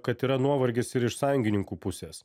kad yra nuovargis ir iš sąjungininkų pusės